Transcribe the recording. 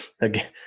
again